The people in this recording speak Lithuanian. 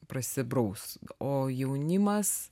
prasibraus o jaunimas